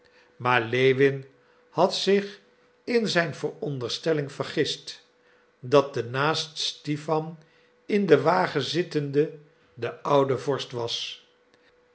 maar lewin had zich in zijn veronderstelling vergist dat de naast stipan in den wagen zittende de oude vorst was